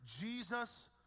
Jesus